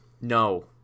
No